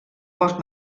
bosc